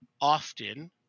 often